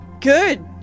Good